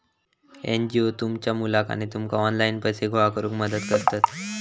NGO तुमच्या मुलाक आणि तुमका ऑनलाइन पैसे गोळा करूक मदत करतत